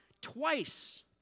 twice